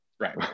right